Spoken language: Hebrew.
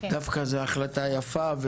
זו דווקא החלטה יפה.